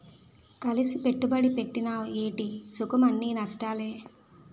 కలిసి పెట్టుబడి పెట్టినవ్ ఏటి సుఖంఅన్నీ నష్టాలే